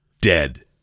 dead